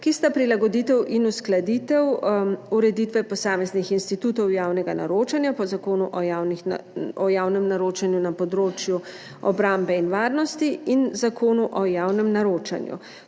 ki sta prilagoditev in uskladitev ureditve posameznih institutov javnega naročanja po Zakonu o javnem naročanju na področju obrambe in varnosti in Zakonu o javnem naročanju,